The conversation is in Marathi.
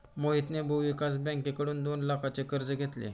मोहितने भूविकास बँकेकडून दोन लाखांचे कर्ज घेतले